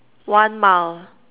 one mile